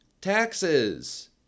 Taxes